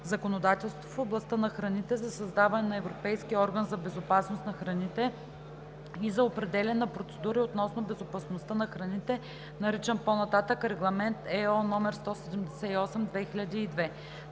законодателството в областта на храните, за създаване на Европейски орган за безопасност на храните и за определяне на процедури относно безопасността на храните, наричан по-нататък „Регламент (ЕО) № 178/2002“;